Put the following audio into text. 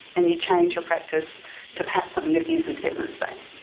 and you change your practice to perhaps something that isn't evidence based.